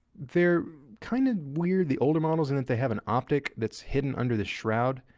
they're kind of weird, the older models, in that they have an optic that's hidden under the shroud.